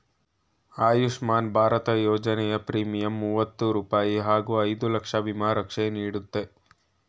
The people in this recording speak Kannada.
ಆಯುಷ್ಮಾನ್ ಭಾರತ ಯೋಜನೆಯ ಪ್ರೀಮಿಯಂ ಮೂವತ್ತು ರೂಪಾಯಿ ಹಾಗೂ ಐದು ಲಕ್ಷ ವಿಮಾ ರಕ್ಷೆ ನೀಡುತ್ತೆ